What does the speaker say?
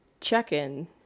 check-in